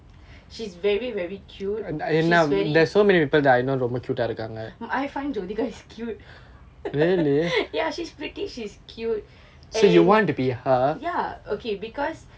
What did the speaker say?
she's very very cute I find jyothika is cute yeah she's pretty she's cute and ya okay because